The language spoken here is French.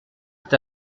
est